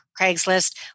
Craigslist